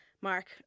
Mark